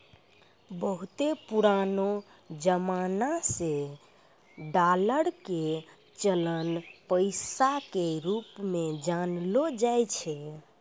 बहुते पुरानो जमाना से डालर के चलन पैसा के रुप मे जानलो जाय छै